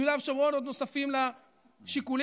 ביהודה ושומרון עוד נוספים על השיקולים